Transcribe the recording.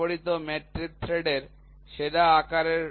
এটি ব্যবহৃত মেট্রিক থ্রেডের সেরা তারের আকার হবে ঠিক আছে